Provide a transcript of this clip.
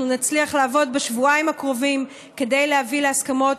אנחנו נצליח לעבוד בשבועיים הקרובים כדי להביא להסכמות